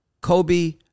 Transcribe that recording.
Kobe